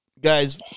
guys